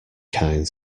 kind